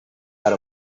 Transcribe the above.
out